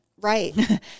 Right